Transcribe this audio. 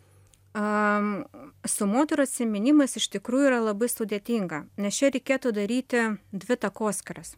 a su moterų atsiminimais iš tikrųjų yra labai sudėtinga nes čia reikėtų daryti dvi takoskyras